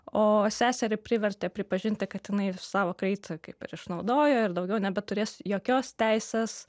o seserį privertė pripažinti kad jinai savo kraitį kaip ir išnaudojo ir daugiau nebeturės jokios teisės